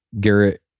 Garrett